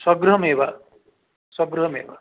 स्वगृहमेव स्वगृहमेव